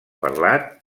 parlat